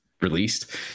released